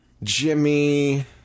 Jimmy